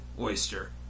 Oyster